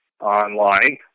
online